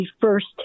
first